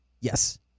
Yes